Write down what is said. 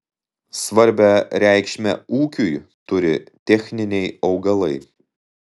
svarbią reikšmę ūkiui turi techniniai augalai